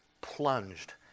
plunged